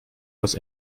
los